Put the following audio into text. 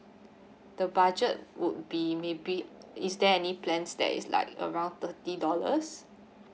the budget would be maybe is there any plans that is like around thirty dollars